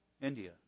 India